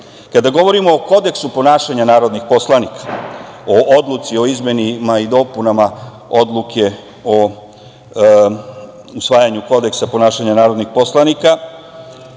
govorimo o Kodeksu ponašanja narodnih poslanika, o odluci o izmenama i dopunama Odluke o usvajanju Kodeksa ponašanja narodnih poslanika,